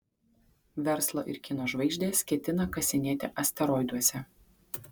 verslo ir kino žvaigždės ketina kasinėti asteroiduose